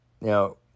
Now